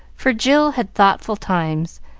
for jill had thoughtful times,